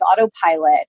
autopilot